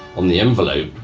on the envelope,